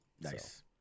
Nice